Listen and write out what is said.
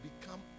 become